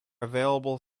available